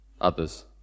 others